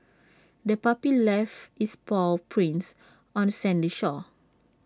the puppy left its paw prints on the sandy shore